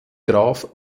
graf